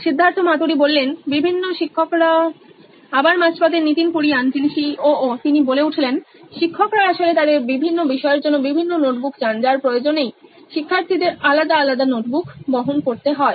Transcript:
Siddharth Maturi C E O নোইন electronics বিভিন্ন শিক্ষকরা Nitin Kurian C O O নোইন ইলেকট্রনিক্স শিক্ষকরা আসলে তাদের বিভিন্ন বিষয়ের জন্য বিভিন্ন নোটবুক চান যার প্রয়োজনেই শিক্ষার্থীদের আলাদা আলাদা নোটবুক বহন করতে হয়